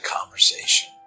conversation